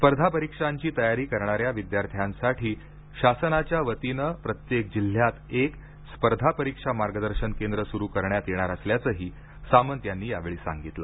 स्पर्धा परीक्षांची तयारी करणाऱ्या विद्यार्थ्यांसाठी शासनाच्या वतीने प्रत्येक जिल्ह्यात एक स्पर्धा परीक्षा मागदर्शन केंद्र सुरु करण्यात येणार असल्याचंही सामंत यांनी यावेळी सांगितलं